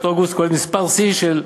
אוגוסט כוללת מספר שיא של התנחלויות,